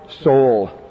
soul